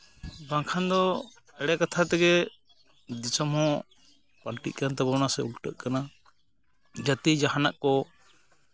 ᱵᱟᱝᱠᱷᱟᱱ ᱫᱚ ᱮᱲᱮ ᱠᱟᱛᱷᱟ ᱛᱮᱜᱮ ᱫᱤᱥᱚᱢ ᱦᱚᱸ ᱯᱟᱹᱞᱴᱤᱜ ᱠᱟᱱ ᱛᱟᱵᱚᱱᱟ ᱥᱮ ᱩᱞᱴᱟᱹᱜ ᱠᱟᱱᱟ ᱡᱟᱛᱮ ᱡᱟᱦᱟᱱᱟᱜ ᱠᱚ